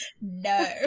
no